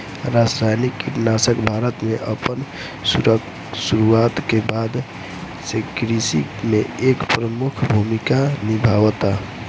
रासायनिक कीटनाशक भारत में अपन शुरुआत के बाद से कृषि में एक प्रमुख भूमिका निभावता